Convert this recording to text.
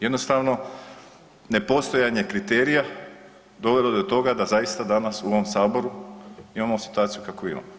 Jednostavno nepostojanje kriterija dovelo je do toga da zaista danas u ovom Saboru imamo situaciju kakvu imamo.